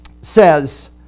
says